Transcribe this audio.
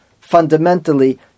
fundamentally